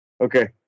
Okay